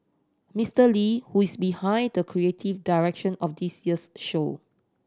Mister Lee who is behind the creative direction of this year's show